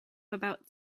about